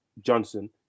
Johnson